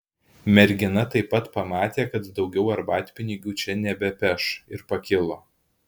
mergina taip pat pamatė kad daugiau arbatpinigių čia nebepeš ir pakilo